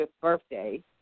birthday